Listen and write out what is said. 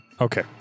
Okay